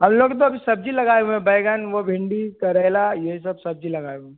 हम लोग तो अभी सब्ज़ी लगाए हुए हैं बैंगन वह भिंडी करेला यह सब सब्ज़ी लगाए हुए